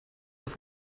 auf